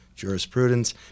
jurisprudence